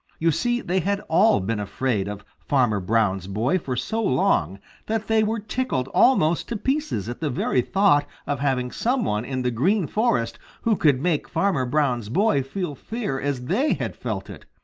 you see, they had all been afraid of farmer brown's boy for so long that they were tickled almost to pieces at the very thought of having some one in the green forest who could make farmer brown's boy feel fear as they had felt it.